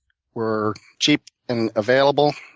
were cheap and available.